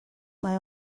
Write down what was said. mae